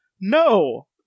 No